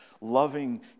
loving